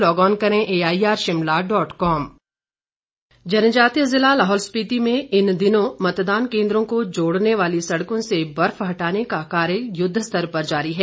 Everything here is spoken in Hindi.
लाहौल सड़क जनजातीय जिला लाहौल स्पीति में इन दिनों मतदान केंद्रो को जोड़ने वाली सड़कों से बर्फ हटाने का कार्य युद्वस्तर पर जारी है